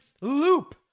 loop